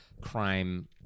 crime